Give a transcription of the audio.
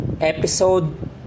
Episode